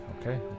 okay